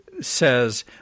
says